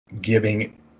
giving